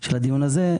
של הדיון הזה,